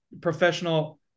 professional